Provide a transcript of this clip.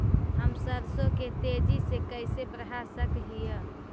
हम सरसों के तेजी से कैसे बढ़ा सक हिय?